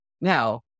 Now